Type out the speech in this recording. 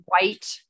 white